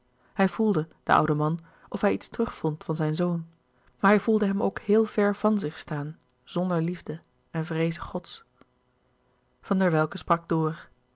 hij voelde de oude man of hij iets terugvond van zijn zoon maar hij voelde hem ook heel ver van louis couperus de boeken der kleine zielen zich staan zonder liefde en vreeze gods van der welcke sprak door